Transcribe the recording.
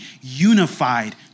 unified